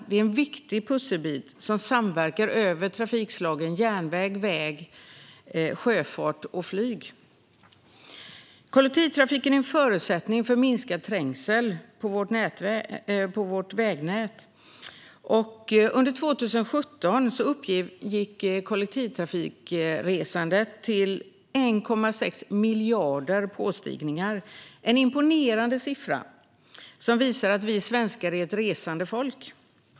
Det är en viktig pusselbit som samverkar över trafikslagen järnväg, väg, sjöfart och flyg. Kollektivtrafiken är en förutsättning för minskad trängsel på vårt vägnät. Under 2017 uppgick kollektivtrafikresandet till 1,6 miljarder påstigningar, en imponerande siffra som visar att vi svenskar är ett resande folk.